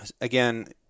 again